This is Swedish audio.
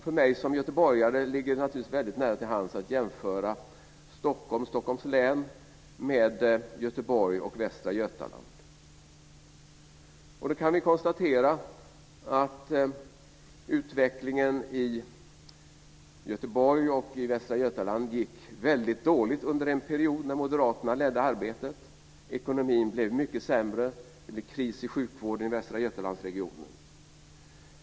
För mig som göteborgare ligger det naturligtvis nära till hands att jämföra Stockholm och Då kan vi konstatera att utvecklingen i Göteborg och i Västra Götaland var dålig under en period när Moderaterna ledde arbetet. Ekonomin blev mycket sämre. Det blev kris i sjukvården i Västra Götalandsregionen.